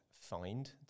find